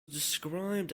described